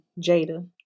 Jada